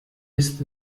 ist